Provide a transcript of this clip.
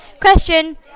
Question